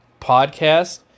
podcast